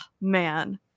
man